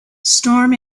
storm